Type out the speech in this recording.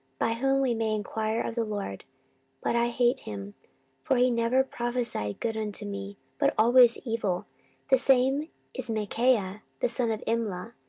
by whom we may enquire of the lord but i hate him for he never prophesied good unto me, but always evil the same is micaiah the son of imla.